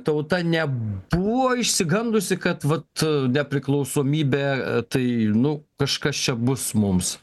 tauta nebuvo išsigandusi kad vat nepriklausomybė tai nu kažkas čia bus mums